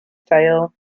tale